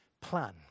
plan